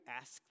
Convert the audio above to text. ask